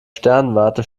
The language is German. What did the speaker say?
sternwarte